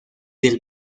del